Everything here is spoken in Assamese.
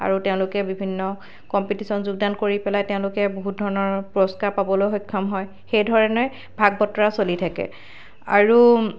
আৰু তেওঁলোকে বিভিন্ন কম্পিটিশ্যন যোগদান কৰি পেলাই তেওঁলোকে বহুত ধৰণৰ পুৰস্কাৰ পাবলৈ সক্ষম হয় সেই ধৰণে ভাগ বতৰা চলি থাকে আৰু